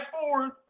forward